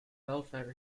welfare